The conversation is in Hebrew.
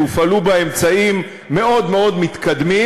שהופעלו בה אמצעים מאוד מאוד מתקדמים,